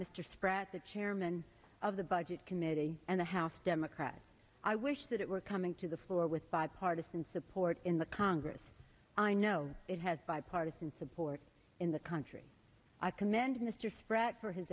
mr spratt the chairman of the budget committee and the house democrat i wish that it were coming to the floor with bipartisan support in the congress i know it has bipartisan support in the country i commend mr spratt for his